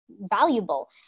Valuable